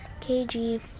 KG